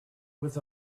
with